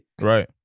Right